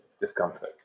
discomfort